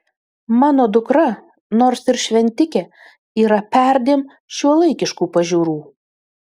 mano dukra nors ir šventikė yra perdėm šiuolaikiškų pažiūrų